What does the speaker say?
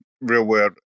real-world